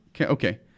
Okay